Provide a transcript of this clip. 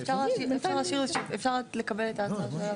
אפשר לקבל את ההצעה.